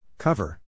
Cover